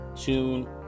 tune